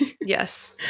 Yes